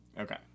Okay